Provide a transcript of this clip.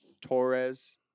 Torres